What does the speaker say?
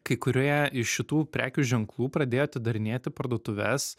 kai kurioje iš šitų prekių ženklų pradėjo atidarinėti parduotuves